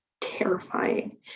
terrifying